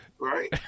Right